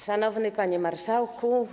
Szanowny Panie Marszałku!